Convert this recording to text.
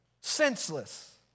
Senseless